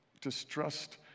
distrust